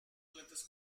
plantas